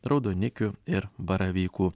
raudonikių ir baravykų